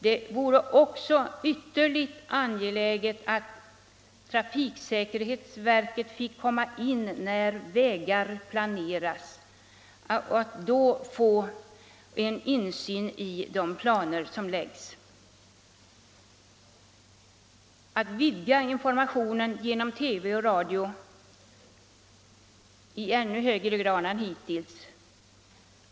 Det vore också mycket angeläget att trafiksäkerhetsverket fick medverka när vägar planeras för att få en insyn i de planer som görs upp. Information genom TV och radio borde kunna ske i ännu högre grad än hittills.